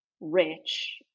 rich